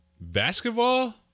basketball